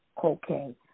cocaine